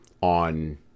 on